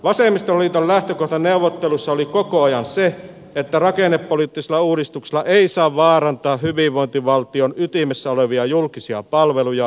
vasemmistoliiton lähtökohta neuvotteluissa oli koko ajan se että rakennepoliittisilla uudistuksilla ei saa vaarantaa hyvinvointivaltion ytimessä olevia julkisia palveluja